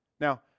now